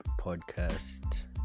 podcast